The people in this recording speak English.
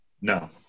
No